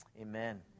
Amen